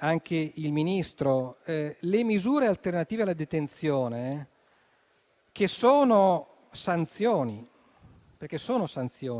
anche il Ministro: le misure alternative alla detenzione sono sanzioni,